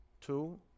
two